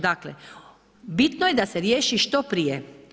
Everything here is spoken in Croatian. Dakle, bitno je da se riješi što prije.